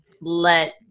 let